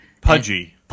pudgy